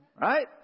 right